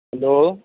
hello